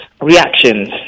reactions